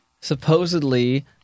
supposedly